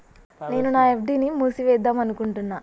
నేను నా ఎఫ్.డి ని మూసివేద్దాంనుకుంటున్న